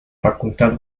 facultad